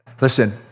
Listen